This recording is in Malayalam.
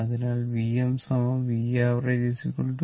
അതിനാൽ Vm V av 0